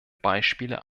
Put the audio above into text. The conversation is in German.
beispiele